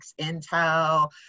Intel